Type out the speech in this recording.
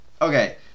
okay